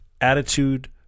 Attitude